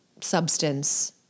substance